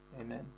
Amen